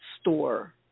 store